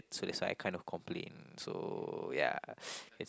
so that's why I kind of complain so ya